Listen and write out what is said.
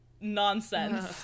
nonsense